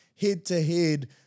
head-to-head